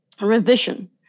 revision